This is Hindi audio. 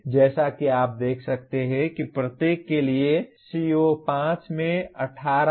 जैसा कि आप देख सकते हैं कि प्रत्येक के लिए CO5 में 186 है